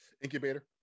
Incubator